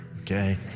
okay